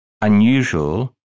unusual